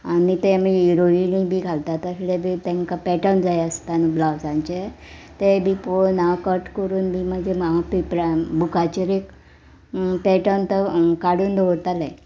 आनी ते आमी इरोयनी बी घालता तशें बी तेंकां पॅटर्न जाय आसता न्हू ब्लावजांचे ते बी पोवन हांव कट करून बी म्हाजे हांगा पेपरा बुकाचेर एक पॅटन तो काडून दवरताले